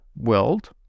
world